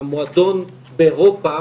המועדון באירופה